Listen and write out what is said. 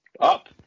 Up